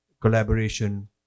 collaboration